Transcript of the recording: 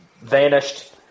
vanished